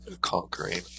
conquering